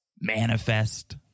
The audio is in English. manifest